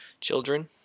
children